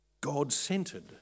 God-centered